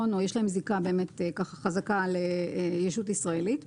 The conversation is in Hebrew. או יש להם זיקה חזקה לישות ישראלית,